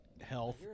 health